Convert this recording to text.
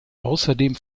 außerdem